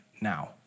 now